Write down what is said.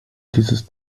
dieses